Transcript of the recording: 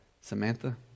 Samantha